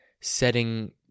setting